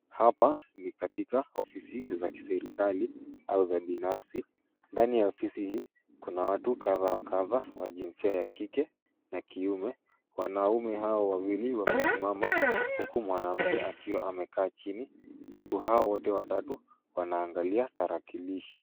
Hapa ni katika ofisi za kiserikali au za binafsi. Ndani ya ofisi hii kuna watu kadha wa kadha wa jinsia ya kike na kiume. Wanaume hao wawili wamesimama huku mwanamke akiwa amekaa chini. Watu hao wote watatu wanaangalia tarakilishi.